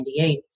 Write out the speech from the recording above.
1998